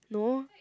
no